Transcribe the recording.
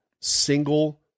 single